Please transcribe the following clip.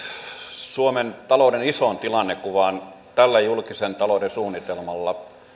suomen talouden isoon tilannekuvaan tällä julkisen talouden suunnitelmalla